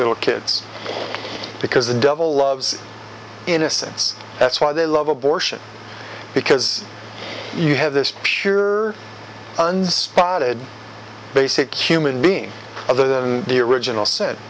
little kids because the devil loves innocence that's why they love abortion because you have this pure unspotted basic human mean other than the original s